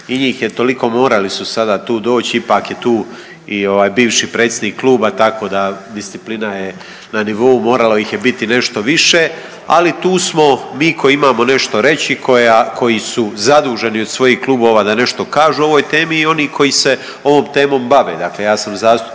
i njih je toliko, morali su sada tu doći, ipak je tu i ovaj bivši predsjednik kluba, tako da, disciplina je na nivou, moralo ih je biti nešto više, ali tu smo mi koji imamo nešto reći, koji su zaduženi od svojih klubova da nešto kažu o ovoj temi i oni koji se ovom temom bave. Dakle ja sam zastupnik